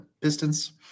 Pistons